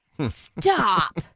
stop